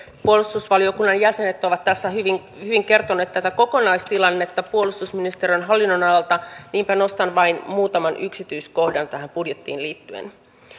puolustusvaliokunnan jäsenet ovat tässä hyvin kertoneet tätä kokonaistilannetta puolustusministeriön hallinnonalalta niinpä nostan vain muutaman yksityiskohdan tähän budjettiin liittyen